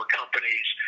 companies